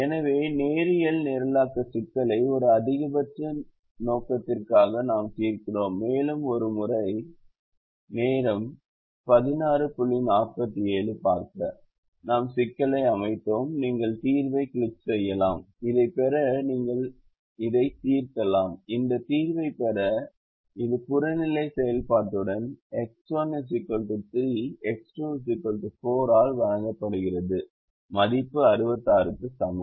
எனவே நேரியல் நிரலாக்க சிக்கலை ஒரு அதிகபட்ச நோக்கத்திற்காக நாம் தீர்க்கிறோம் மேலும் ஒரு முறை நாம் சிக்கலை அமைத்தோம் நீங்கள் தீர்வைக் கிளிக் செய்யலாம் இதைப் பெற நீங்கள் இதைத் தீர்க்கலாம் இந்த தீர்வைப் பெற இது புறநிலை செயல்பாட்டுடன் X1 3 X2 4 ஆல் வழங்கப்படுகிறது மதிப்பு 66 க்கு சமம்